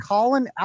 Colin